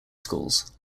schools